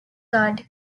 card